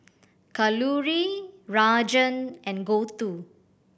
Kalluri Rajan and Gouthu